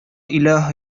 илаһ